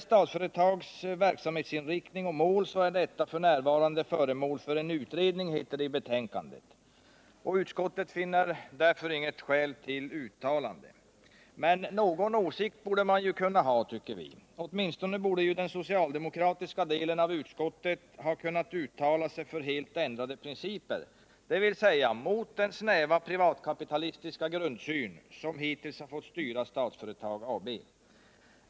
Statsföretags verksamhetsinriktning och mål är f.n. föremål för en utredning, heter det i betänkandet. Utskottet finner därför inte något skäl till att göra ett uttalande. Men någon åsikt borde man ha, tycker vi. Åtminstone borde den socialdemokratiska delen av utskottet ha kunnat uttala sig för helt ändrade principer, dvs. mot den snäva privatkapitalistiska grundsyn som hittills fått styra Statsföretag AB.